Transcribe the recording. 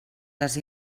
les